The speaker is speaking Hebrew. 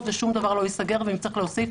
ושום דבר לא ייסגר ואם צריך להוסיף,